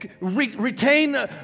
retain